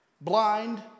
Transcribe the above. blind